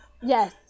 yes